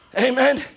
Amen